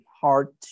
hard